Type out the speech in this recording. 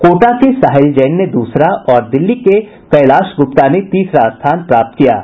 कोटा के साहिल जैन ने दूसरा और दिल्ली के कैलाश गुप्ता ने तीसरा स्थान प्राप्त किया है